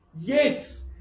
Yes